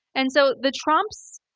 and so the trumps